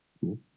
Cool